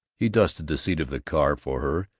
he dusted the seat of the car for her,